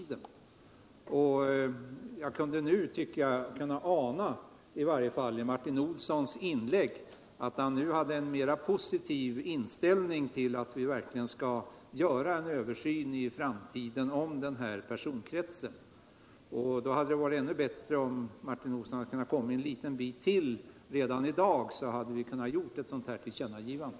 Jag tyckte att jag i Martin Olssons inlägg kunde ana att han nu har en mera positiv inställning till att vi i framtiden verkligen måste göra en översyn när det gäller personkretsen. Men då hade det varit bättre om Martin Olsson redan i dag kunnat gå en bit längre, för då hade vi kunnat göra ett tillkännagivande.